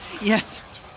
Yes